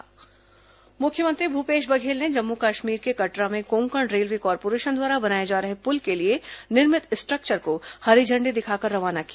मुख्यमंत्री निर्माण सामग्री मुख्यमंत्री भूपेश बघेल ने जम्मू कश्मीर के कटरा में कोंकण रेलवे कार्पोरेशन द्वारा बनाए जा रहे पुल के लिए निर्मित स्ट्रक्चर को हरी झंडी दिखाकर रवाना किया